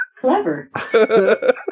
Clever